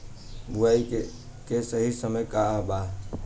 बुआई के सही समय का वा?